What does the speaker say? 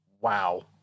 Wow